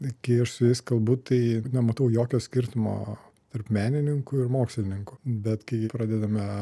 kai aš su jais kalbu tai nematau jokio skirtumo tarp menininkų ir mokslininkų bet kai pradedame